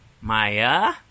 Maya